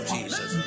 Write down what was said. Jesus